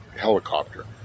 helicopter